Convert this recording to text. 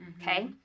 Okay